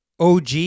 OG